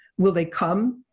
will they come?